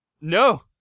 No